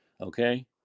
okay